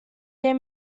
their